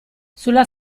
sulla